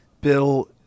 Bill